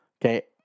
okay